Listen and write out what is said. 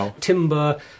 timber